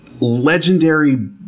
Legendary